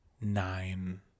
nine